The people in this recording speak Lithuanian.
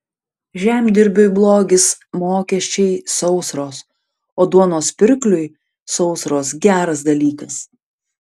žemdirbiui blogis mokesčiai sausros o duonos pirkliui sausros geras dalykas